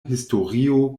historio